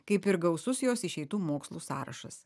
kaip ir gausus jos išeitų mokslų sąrašas